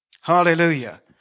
Hallelujah